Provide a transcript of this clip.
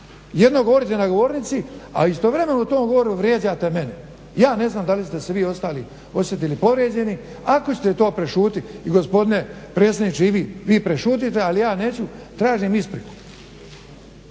Jedno govorite na govornici a istovremeno u tom govoru vrijeđate mene. Ja ne znam da li ste se vi ostali osjetili povrijeđeni, ako ste to prešutili, i gospodine predsjedniče i vi prešutite ali ja neću. Tražim ispriku.